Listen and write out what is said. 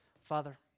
Father